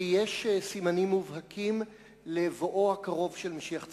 כי יש סימנים מובהקים לבואו הקרוב של משיח צדקנו.